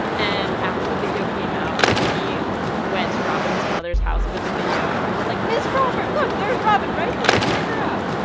and after the video came out, whitney went to robyn's mother's house with the video and was like, ms. crawford, look there's robyn right there. check her out.